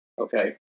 Okay